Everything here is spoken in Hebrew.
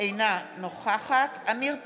אינה נוכחת עמיר פרץ,